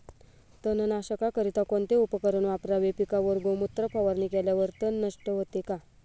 तणनाशकाकरिता कोणते उपकरण वापरावे? पिकावर गोमूत्र फवारणी केल्यावर तण नष्ट होते का?